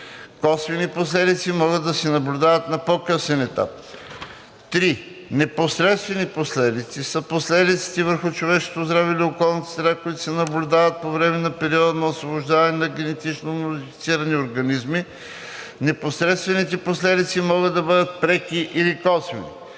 Косвени последици могат да се наблюдават на по-късен етап; 3. „Непосредствени последици“ са последиците върху човешкото здраве или околната среда, които се наблюдават по време на периода на освобождаването на ГМО. Непосредствените последици могат да бъдат преки или косвени;